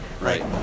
right